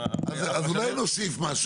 אז אולי נוסיף משהו.